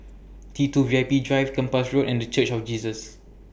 T two V I P Drive Kempas Road and The Church of Jesus